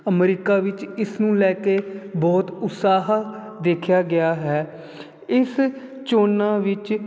America ਵਿੱਚ ਇਸ ਨੂੰ ਲੈ ਕੇ ਬਹੁਤ ਉਤਸ਼ਾਹ ਦੇਖਿਆ ਗਿਆ ਹੈ ਇਸ ਚੋਣਾਂ ਵਿੱਚ